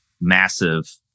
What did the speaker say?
massive